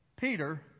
Peter